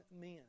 men